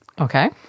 Okay